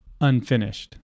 unfinished